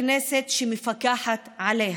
לכנסת, שמפקחת עליה.